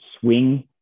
swing